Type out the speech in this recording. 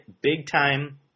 big-time